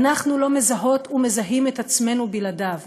אנחנו לא מזהות ומזהים את עצמנו בלעדיו.